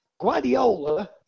Guardiola